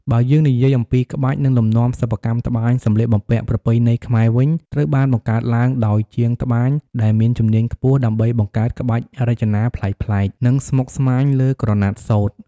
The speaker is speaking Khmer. បើយើងនិយាយអំពីក្បាច់ និងលំនាំសិប្បកម្មត្បាញសម្លៀកបំពាក់ប្រពៃណីខ្មែរវិញ ត្រូវបានបង្កើតឡើងដោយជាងត្បាញដែលមានជំនាញខ្ពស់ដើម្បីបង្កើតក្បាច់រចនាប្លែកៗ និងស្មុគស្មាញលើក្រណាត់សូត្រ។